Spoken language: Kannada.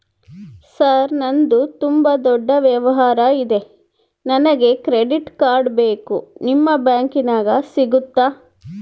ಸರ್ ನಂದು ತುಂಬಾ ದೊಡ್ಡ ವ್ಯವಹಾರ ಇದೆ ನನಗೆ ಕ್ರೆಡಿಟ್ ಕಾರ್ಡ್ ಬೇಕು ನಿಮ್ಮ ಬ್ಯಾಂಕಿನ್ಯಾಗ ಸಿಗುತ್ತಾ?